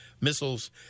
missiles